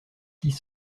six